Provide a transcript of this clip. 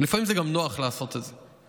לפעמים זה גם נוח לעשות את זה,